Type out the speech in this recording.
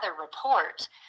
report